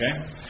Okay